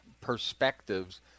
perspectives